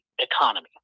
economy